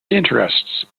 interests